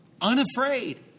unafraid